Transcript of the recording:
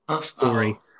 story